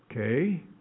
Okay